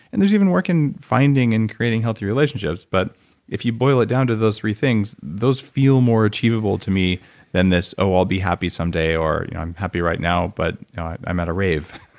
and there's even work in finding and creating healthy relationships, but if you boil it down to those three things, those feel more achievable to me than this, oh, i'll be someday, or, i'm happy right now, but i'm at a rave.